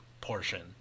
portion